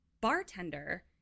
bartender